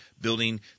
building